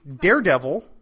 Daredevil